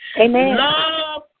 Amen